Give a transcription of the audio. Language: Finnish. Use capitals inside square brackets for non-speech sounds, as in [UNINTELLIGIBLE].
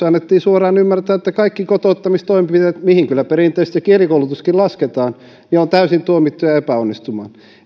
[UNINTELLIGIBLE] annettiin suoraan ymmärtää että kaikki kotouttamistoimenpiteet joihin kyllä perinteisesti kielikoulutuskin lasketaan ovat täysin tuomittuja epäonnistumaan